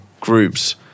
groups